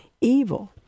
evil